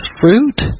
fruit